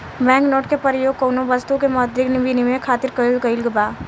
bank note के परयोग कौनो बस्तु के मौद्रिक बिनिमय खातिर कईल गइल बा